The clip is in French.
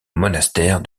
monastère